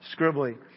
scribbly